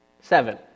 Seven